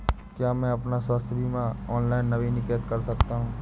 क्या मैं अपना स्वास्थ्य बीमा ऑनलाइन नवीनीकृत कर सकता हूँ?